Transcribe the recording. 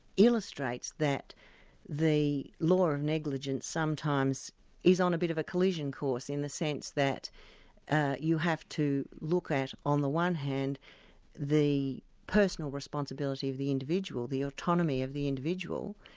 illustrates that the law of negligence sometimes is on a bit of a collision course in the sense that you have to look at, on the one hand the personal responsibility of the individual, the autonomy of the individual,